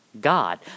God